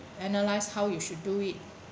analyze how you should do it